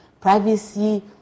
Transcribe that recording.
privacy